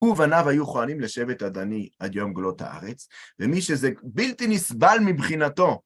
הוא ובניו היו כהנים לשבט הדני עד יום גלות הארץ, ומי שזה בלתי נסבל מבחינתו..